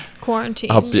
quarantine